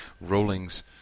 Rowling's